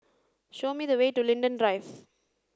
show me the way to Linden Drive